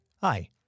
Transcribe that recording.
Hi